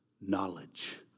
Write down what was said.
knowledge